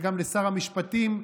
וגם לשר המשפטים,